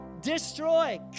Destroy